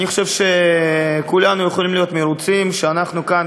אני חושב שכולנו יכולים להיות מרוצים שאנחנו כאן,